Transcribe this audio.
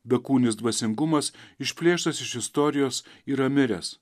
bekūnis dvasingumas išplėštas iš istorijos yra miręs